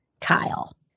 Kyle